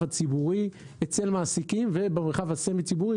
הציבורי אצל מעסיקים ובמרחב הסמי-ציבורי,